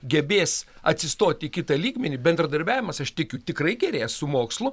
gebės atsistot į kitą lygmenį bendradarbiavimas aš tikiu tikrai gerės su mokslu